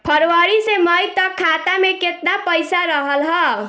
फरवरी से मई तक खाता में केतना पईसा रहल ह?